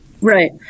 Right